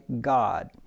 God